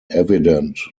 evident